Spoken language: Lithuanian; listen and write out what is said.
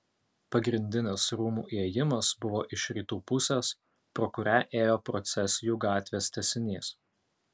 pagrindinis rūmų įėjimas buvo iš rytų pusės pro kurią ėjo procesijų gatvės tęsinys